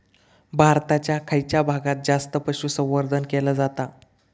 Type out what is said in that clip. भारताच्या खयच्या भागात जास्त पशुसंवर्धन केला जाता?